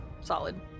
solid